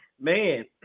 Man